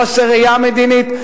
חוסר ראייה מדינית.